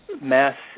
mass